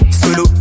solo